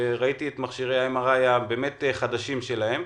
וראיתי את מכשירי ה-MRI החדשים שלהם,